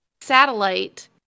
satellite